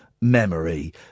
memory